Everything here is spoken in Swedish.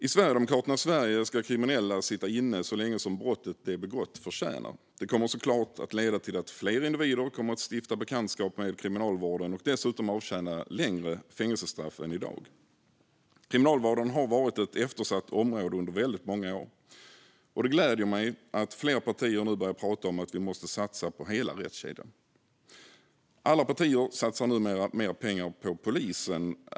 I Sverigedemokraternas Sverige ska kriminella sitta inne så länge de förtjänar med tanke på brottet de begått. Det kommer såklart att leda till att fler individer kommer att stifta bekantskap med kriminalvården och dessutom avtjäna längre fängelsestraff än i dag. Kriminalvården har varit ett eftersatt område under väldigt många år. Det gläder mig att fler partier nu börjar prata om att vi måste satsa på hela rättskedjan. Alla partier satsar nu mer pengar på polisen.